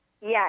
Yes